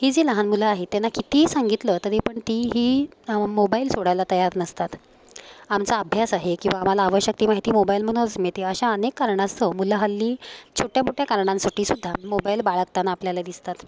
ही जी लहान मुलं आहेत त्यांना कितीही सांगितलं तरी पण ती ही मोबाईल सोडायला तयार नसतात आमचा अभ्यास आहे किंवा आम्हाला आवश्यक ती माहिती मोबाईलमधूनच मिळते अशा अनेक कारणास्तव मुलं हल्ली छोट्यामोठ्या कारणांसाठी सुद्धा मोबाईल बाळगताना आपल्याला दिसतात